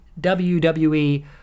WWE